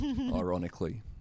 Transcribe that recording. Ironically